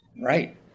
Right